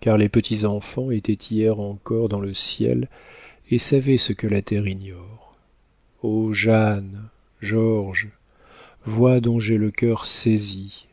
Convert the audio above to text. car les petits enfants étaient hier encore dans le ciel et savaient ce que la terre ignore ô jeanne georges voix dont j'ai le cœur saisi